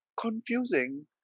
confusing